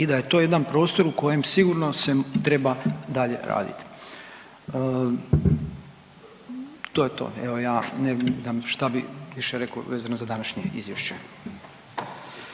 i da je to jedan prostor u kojem sigurno se treba dalje radit. To je to, ja ne znam šta bi više rekao za današnje izvješće.